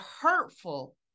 hurtful